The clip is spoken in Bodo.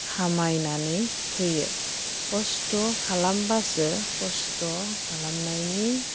खामायनानै होयो कस्त' खालामबासो कस्त' खालामनायनि